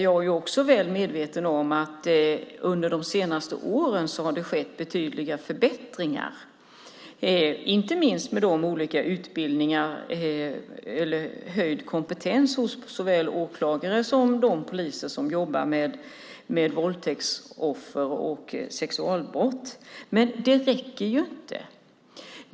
Jag är också väl medveten om att det har skett betydliga förbättringar under de senaste åren, inte minst när det gäller höjd kompetens hos såväl åklagare som de poliser som jobbar med våldtäktsoffer och sexualbrott. Men det räcker inte.